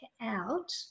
out